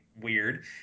weird